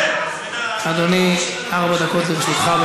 אדוני, ארבע דקות לרשותך.